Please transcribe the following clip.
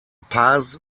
paz